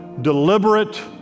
deliberate